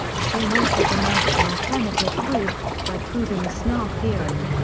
the same authors announced an alternative proof, by proving the snark theorem.